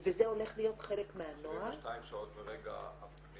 וזה הולך להיות חלק מהנוהל- - 72 שעות מרגע הפנייה,